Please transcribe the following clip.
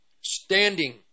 Standing